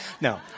No